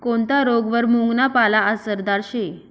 कोनता रोगवर मुंगना पाला आसरदार शे